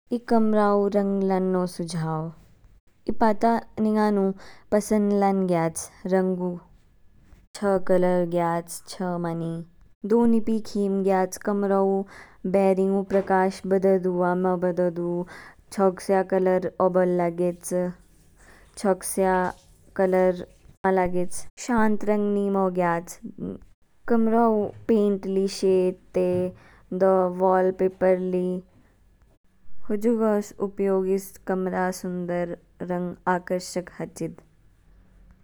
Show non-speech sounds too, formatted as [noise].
ई कमरा ऊ रंग लान्नो सुजाव, इपा ता निंगानु पसनंद लानगयाच रांगु छ कलर गयाच छ मानी। दो नीपी खीम गयाच कमराउ बेरीगु प्रकाष [noise] बोदोदू आ मा बोदोदू, छोग स्या कलर ओबोल लागेच छोग स्या [noise] कलर मा लागेच शांत रंग नीमो ग्याच। कमरोउ पेंट ली शेते दो वोल पेपर ली, हुजुगोस उपयोगीस कमरा सुंदर रंग आकर्षक हाचेद।